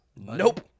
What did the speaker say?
Nope